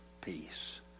peace